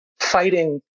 Fighting